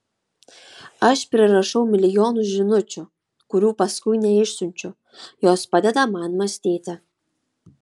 aš prirašau milijonus žinučių kurių paskui neišsiunčiu jos padeda man mąstyti